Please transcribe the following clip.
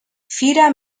fira